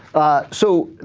ah. so ah.